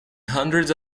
hundreds